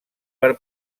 per